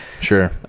Sure